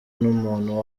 n’umuntu